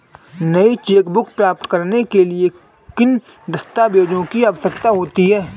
नई चेकबुक प्राप्त करने के लिए किन दस्तावेज़ों की आवश्यकता होती है?